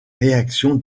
réaction